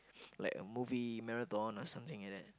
like a movie marathon or something like that